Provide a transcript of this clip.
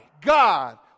God